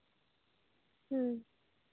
ᱦᱩᱸ